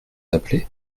appeler